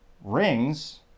rings